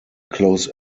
close